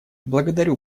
благодарю